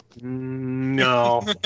No